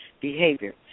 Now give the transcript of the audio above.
behavior